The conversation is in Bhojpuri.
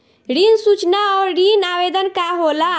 ऋण सूचना और ऋण आवेदन का होला?